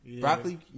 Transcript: Broccoli